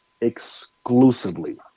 exclusively